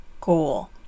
goal